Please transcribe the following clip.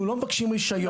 אנחנו לא מבקשים רישיון.